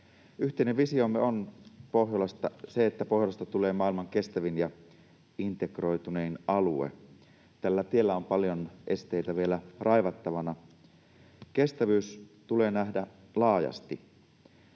Pohjolasta on se, että Pohjolasta tulee maailman kestävin ja integ-roitunein alue. Tällä tiellä on vielä paljon esteitä raivattavana. Kestävyys tulee nähdä laajasti.